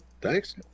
Thanks